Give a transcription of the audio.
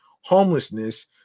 homelessness